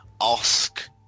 ask